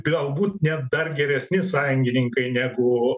galbūt net dar geresni sąjungininkai negu